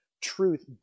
truth